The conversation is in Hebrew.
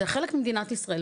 זה חלק ממדינת ישראל,